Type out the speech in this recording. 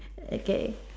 okay